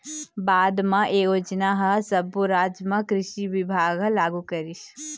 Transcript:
बाद म ए योजना ह सब्बो राज म कृषि बिभाग ह लागू करिस